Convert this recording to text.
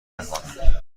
نکنم